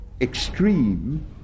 extreme